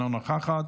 אינה נוכחת.